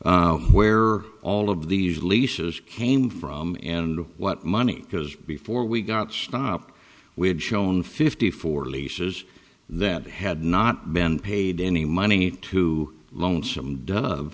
where all of these leases came from and what money because before we got stopped we had shown fifty four leases that had not been paid any money to lonesome dove